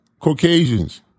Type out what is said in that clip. Caucasians